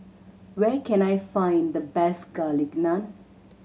where can I find the best Garlic Naan